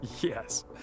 Yes